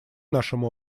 нашим